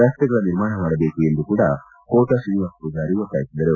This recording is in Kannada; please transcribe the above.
ರಸ್ತೆಗಳ ನಿರ್ಮಾಣ ಮಾಡಬೇಕು ಎಂದೂ ಕೋಟ ಶ್ರೀನಿವಾಸ ಪೂಜಾರಿ ಒತ್ತಾಯಿಸಿದರು